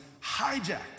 hijacked